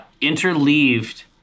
Interleaved